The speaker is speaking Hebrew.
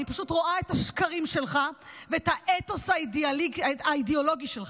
אני פשוט רואה את השקרים שלך ואת האתוס האידיאולוגי שלך.